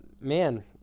man